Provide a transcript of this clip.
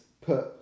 put